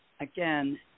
again